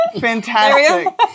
Fantastic